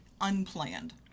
unplanned